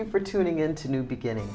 you for tuning in to new beginning